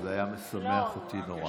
זה היה משמח אותי נורא.